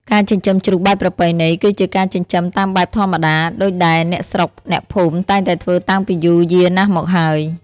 ការចិញ្ចឹមជ្រូកបែបប្រពៃណី គឺជាការចិញ្ចឹមតាមបែបធម្មតា ដូចដែលអ្នកស្រុកអ្នកភូមិតែងតែធ្វើតាំងពីយូរយារណាស់មកហើយ។